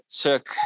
took